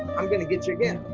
i'm gonna get you again.